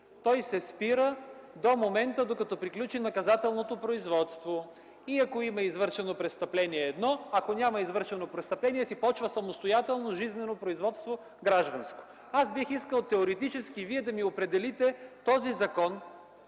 той се спира до момента, докато приключи наказателното производство. Ако има извършено престъпление, е едно, а ако няма извършено престъпление, си започва самостоятелно жизнено производство – гражданско. Бих искал теоретически Вие да ми определите този закон